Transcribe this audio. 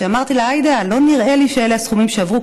אמרתי לה: עאידה, לא נראה לי שאלה הסכומים שעברו.